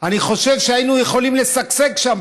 אני חושב שהיינו יכולים לשגשג שם,